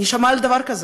מי שמע על דבר כזה?